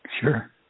sure